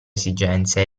esigenze